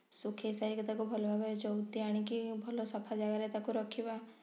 ଶୁଖାଇ ସାରିକି ତାକୁ ଭଲ ଭାବରେ ଚଉତି ଆଣିକି ଭଲ ସଫା ଜାଗାରେ ତାକୁ ରଖିବା